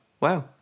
wow